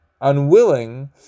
unwilling